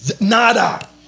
nada